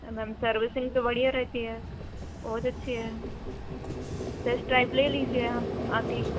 तो ma'am servicing तो बढ़िया रहती है बहुत अच्छी है प्रेस टाइप ले लीजिए आप आती